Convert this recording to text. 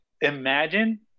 imagine